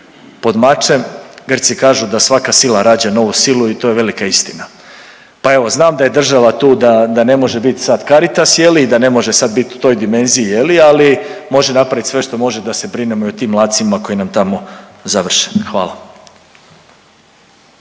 pod mačem, Grci kažu da svaka sila rađa novu silu i to je velika istina. Pa evo znam da je država tu da, da ne može bit sad Caritas je li i da ne može sad bit u toj dimenziji je li, ali može napravit sve što može da se brinemo i o tim mladcima koji nam tamo završe, hvala.